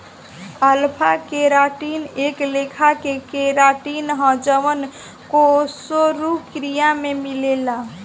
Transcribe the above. alpha keratin एक लेखा के केराटिन ह जवन कशेरुकियों में मिलेला